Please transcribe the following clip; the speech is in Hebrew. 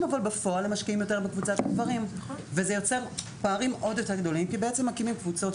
אבל כאזרחית יש פה משבר אמון מאוד גדול ואתם צריכים לטפס מהבור